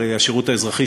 הרי השירות האזרחי,